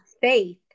faith